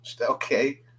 okay